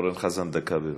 אורן חזן, דקה, בבקשה,